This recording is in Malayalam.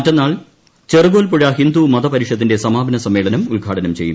മറ്റെന്നാൾ ചെറുകോൽപ്പുഴ ഹിന്ദു മതപരിഷത്തിന്റെ സമാപന സമ്മേളനം ഉദ്ഘാടനം ചെയ്യും